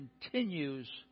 continues